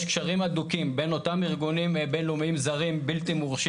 יש קשרים הדוקים בין אותם ארגונים בין-לאומיים זרים בלתי מורשים